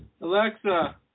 Alexa